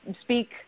speak